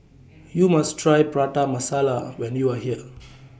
YOU must Try Prata Masala when YOU Are here